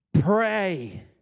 Pray